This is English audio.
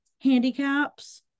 handicaps